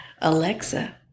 Alexa